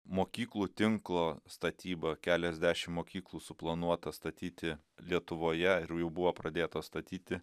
mokyklų tinklo statyba keliasdešimt mokyklų suplanuota statyti lietuvoje ir jau buvo pradėtos statyti